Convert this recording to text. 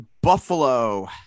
Buffalo